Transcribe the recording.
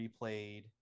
replayed